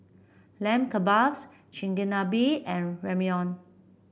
Lamb Kebabs Chigenabe and Ramyeon